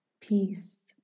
peace